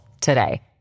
today